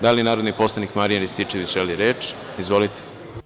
Da li narodni poslanik Marijan Rističević želi reč? (Da) Izvolite.